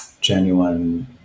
genuine